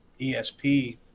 ESP